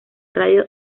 radio